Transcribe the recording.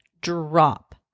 drop